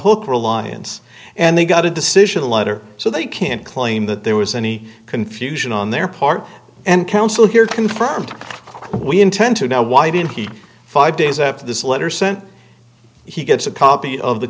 alliance and they got a decision letter so they can't claim that there was any confusion on their part and counsel here confirmed we intend to now why didn't he five days after this letter sent he gets a copy of the